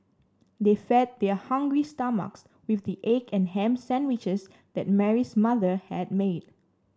they fed their hungry stomachs with the egg and ham sandwiches that Mary's mother had made